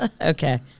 Okay